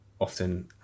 often